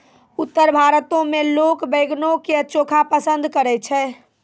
उत्तर भारतो मे लोक बैंगनो के चोखा पसंद करै छै